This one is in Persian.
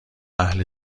اهل